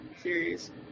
series